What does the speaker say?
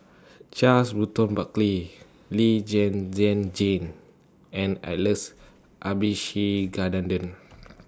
Charles Burton Buckley Lee Zhen Zhen Jane and Alex Abisheganaden